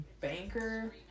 banker